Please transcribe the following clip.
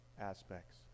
aspects